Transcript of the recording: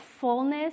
fullness